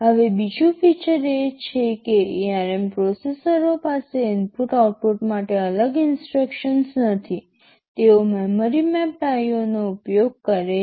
હવે બીજું ફીચર એ છે કે ARM પ્રોસેસરો પાસે ઇનપુટઆઉટપુટ માટે અલગ ઇન્સટ્રક્શન્સ નથી તેઓ મેમરી મેપડ IO નો ઉપયોગ કરે છે